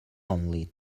only